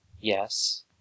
yes